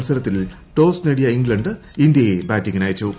മത്സരത്തിൽ ടോസ് നേടിയ ഇംഗ്ളണ്ട് ഇന്ത്യയെ ബാറ്റിങ്ങിനയച്ചു